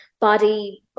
body